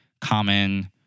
common